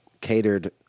catered